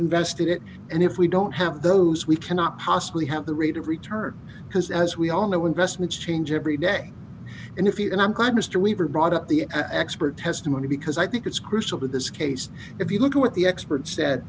invested it and if we don't have those we cannot possibly have the rate of return because as we all know investments change every day and if you and i'm glad mr weaver brought up the expert testimony because i think it's crucial to this case if you look at what the experts s